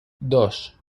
dos